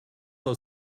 aus